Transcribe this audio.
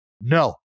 no